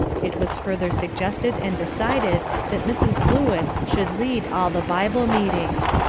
it was further suggested and decided that mrs. lewis should lead all the bible meetings.